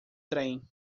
trem